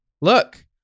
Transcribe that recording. Look